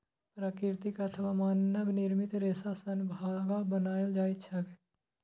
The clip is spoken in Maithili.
प्राकृतिक अथवा मानव निर्मित रेशा सं धागा बनायल जाए छै